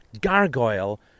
gargoyle